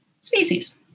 species